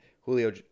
Julio